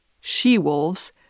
she-wolves